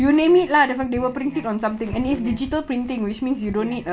ya ya ya they have ya